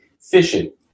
fishing